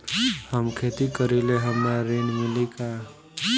हम खेती करीले हमरा ऋण मिली का?